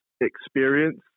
experience